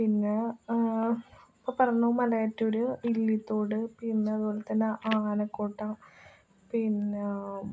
പിന്നെ ഇപ്പം പറയണത് മലയാറ്റൂർ ഇല്ലിത്തോട് പിന്നതുപോലെ തന്നെ ആനക്കോട്ട പിന്നെ